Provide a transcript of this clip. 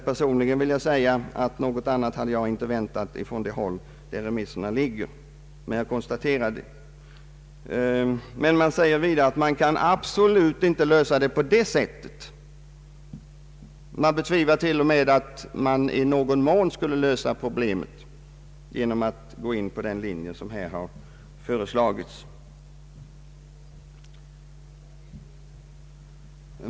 Personligen hade jag dock inte väntat mig något annat från de håll varifrån man hämtat remissyttranden. Gemensamt är också att man anser att problemet absolut inte kan lösas på det sätt som föreslås i motionen. De betvivlar t.o.m. att problemet ens i någon mån skulle kunna lösas genom att gå på den linje som här föreslagits.